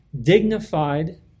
dignified